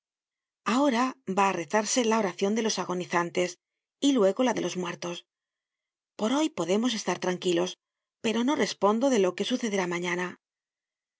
ahora va á rezarse la oracion de los agonizantes y luego la de los muertos por hoy podemos estar tranquilos pero no respondo de lo que sucederá mañana